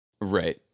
Right